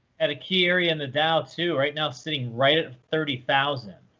and a key area in the dow too right now sitting right at thirty thousand.